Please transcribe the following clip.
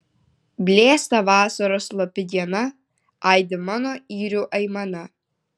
blėsta vasaros slopi diena aidi mano yrių aimana